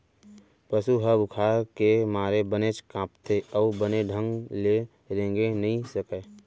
पसु ह बुखार के मारे बनेच कांपथे अउ बने ढंग ले रेंगे नइ सकय